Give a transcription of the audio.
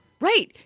Right